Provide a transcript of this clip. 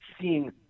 seeing